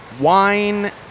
wine